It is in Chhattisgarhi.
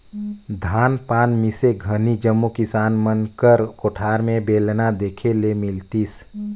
धान पान मिसे घनी जम्मो किसान मन कर कोठार मे बेलना देखे ले मिलतिस